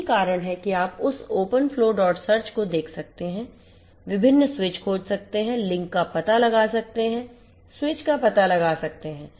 यही कारण है कि आप उस openflowsearch को देख सकते हैं विभिन्न स्विच खोज सकते हैं लिंक का पता लगा सकते हैं स्विच का पता लगा सकते हैं